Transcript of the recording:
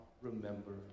remember